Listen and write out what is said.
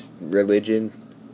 religion